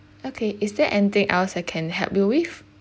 okay is there anything else I can help you with